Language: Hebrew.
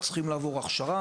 פקחים צריכים לעבור הכשרה,